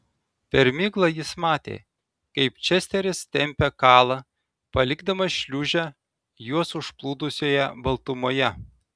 per miglą jis matė kaip česteris tempia kalą palikdamas šliūžę juos užplūdusioje baltumoje